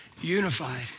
Unified